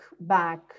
back